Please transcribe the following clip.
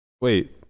Wait